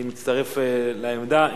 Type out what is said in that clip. אני מצטרף לעמדה.